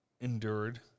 endured